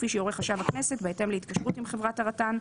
כפי שיורה חשב הכנסת בהתאם להתקשרות עם חברת הרט"ן,